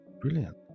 Brilliant